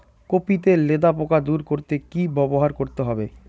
Copy তে লেদা পোকা দূর করতে কি ব্যবহার করতে হবে?